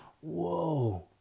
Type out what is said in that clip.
Whoa